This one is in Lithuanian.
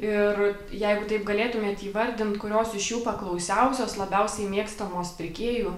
ir jeigu taip galėtumėt įvardint kurios iš jų paklausiausios labiausiai mėgstamos pirkėjų